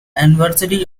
anniversary